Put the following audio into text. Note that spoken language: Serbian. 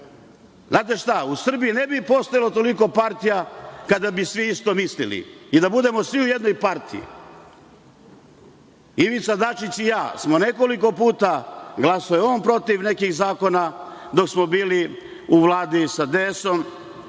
šta, u Srbiji ne bi postojalo toliko partija kada bi svi isto mislili i da budemo svi u jednoj partiji. Ivica Dačić i ja smo nekoliko puta, glasao je on protiv nekih zakona, dok smo bili u Vladi sa DS,